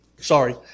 sorry